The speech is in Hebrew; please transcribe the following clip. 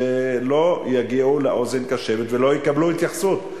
שלא יגיעו לאוזן קשבת ולא יקבלו התייחסות.